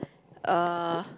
uh